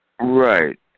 Right